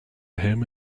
him